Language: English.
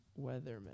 Weatherman